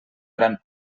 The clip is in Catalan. gran